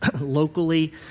locally